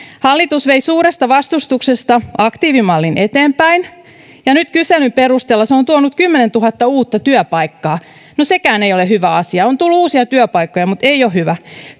hallitus vei suuresta vastustuksesta huolimatta aktiivimallin eteenpäin ja nyt kyselyn perusteella se on tuonut kymmenentuhatta uutta työpaikkaa no sekään ei ole hyvä asia on tullut uusia työpaikkoja mutta ei ole hyvä